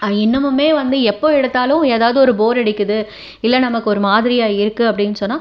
அது இன்னமுமே வந்து எப்போ எடுத்தாலும் ஏதாது ஒரு போர் அடிக்கிறது இல்லை நமக்கு ஒரு மாதிரியாக இருக்கு அப்படின்னு சொன்னால்